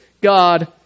God